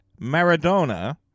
Maradona